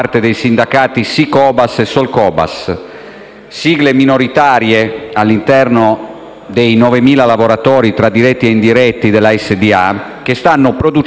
sigle minoritarie all'interno dei 9.000 lavoratori, diretti e indiretti, della SDA, che stanno producendo una drammatica